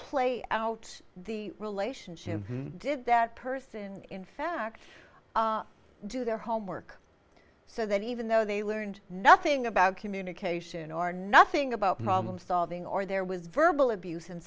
play out the relationship did that person in fact do their homework so that even though they learned nothing about communication or nothing about problem solving or there was verbal abuse